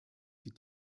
die